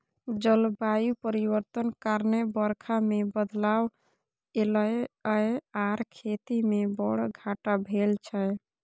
जलबायु परिवर्तन कारणेँ बरखा मे बदलाव एलय यै आर खेती मे बड़ घाटा भेल छै